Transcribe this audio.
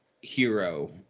hero